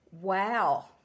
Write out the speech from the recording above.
Wow